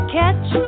catch